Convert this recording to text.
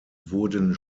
wurden